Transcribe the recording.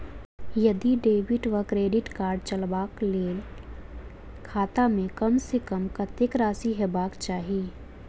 यदि डेबिट वा credit card चलबाक कऽ लेल खाता मे कम सऽ कम कत्तेक राशि हेबाक चाहि?